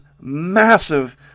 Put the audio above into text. massive